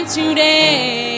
today